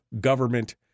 government